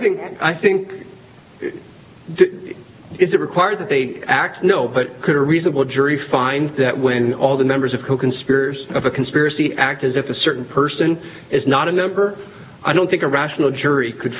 think i think is it required that they act no but could a reasonable jury find that when all the members of coconspirators of a conspiracy act as if a certain person is not a number i don't think a rational jury could